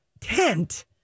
tent